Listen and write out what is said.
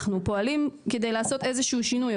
אנחנו פועלים כדי לעשות איזשהו שינוי,